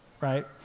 right